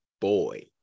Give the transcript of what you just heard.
boy